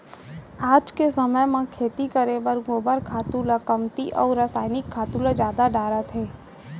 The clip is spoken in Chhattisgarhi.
आज के समे म खेती करे बर गोबर खातू ल कमती अउ रसायनिक खातू ल जादा डारत हें